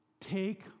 take